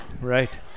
Right